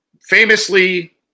famously